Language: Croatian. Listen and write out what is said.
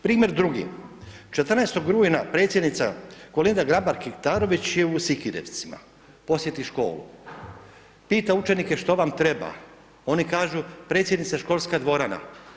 Primjer drugi, 14. rujna predsjednica Kolinda Grabar Kitarović je u Sikirevcima, posjeti školu, pita učenike što vam treba, oni kažu, predsjednice školska dvorana.